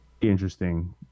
Interesting